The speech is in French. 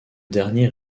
dernier